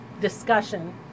discussion